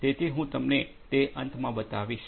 તેથી હું તમને તે અંતમાં બતાવીશ